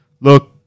Look